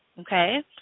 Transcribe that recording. Okay